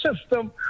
system